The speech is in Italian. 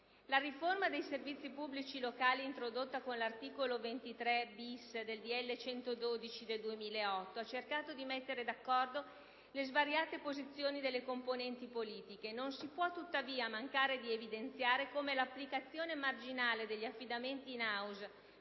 La riforma dei servizi pubblici locali, introdotta con l'articolo 23-*bis* del decreto-legge n. 112 del 2008, ha cercato di mettere d'accordo le svariate posizioni delle componenti politiche. Non si può tuttavia mancare di evidenziare come l'applicazione marginale degli affidamenti *in*